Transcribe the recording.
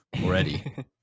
already